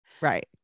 Right